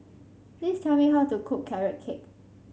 please tell me how to cook Carrot Cake